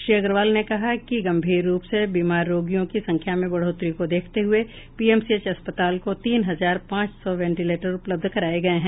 श्री अग्रवाल ने कहा कि गंभीर रुप से बीमार रोगियों की संख्या में बढोतरी को देखते हुए पीएमसीएच अस्पताल को तीन हजार पांच सौ वेंटिलेटर उपलब्ध कराये गये हैं